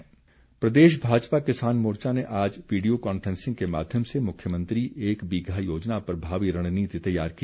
भाजपा किसान मोर्चा प्रदेश भाजपा किसान मोर्चा ने आज विडियों कॉन्फ्रेंसिंग के माध्यम से मुख्यमंत्री एक बीघा योजना पर भावी रणनीति तैयार की